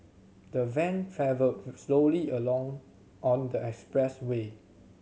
the van travelled slowly alone on the expressway